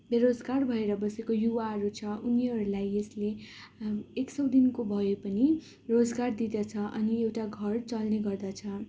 बेरोजगार भएर बसेको युवाहरू छ उनीहरूलाई यसले एक सौ दिनको भए पनि रोजगार दिँदछ अनि एउटा घर चल्ने गर्दछ